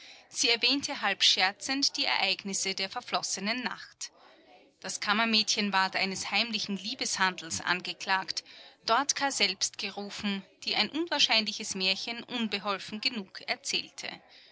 sie erwähnte halb scherzend der ereignisse der verflossenen nacht das kammermädchen ward eines heimlichen liebeshandels angeklagt dortka selbst gerufen die ein unwahrscheinliches märchen unbeholfen genug erzählte